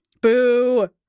boo